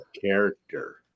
character